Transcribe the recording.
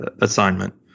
assignment